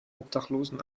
obdachlosen